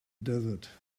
desert